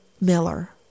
Miller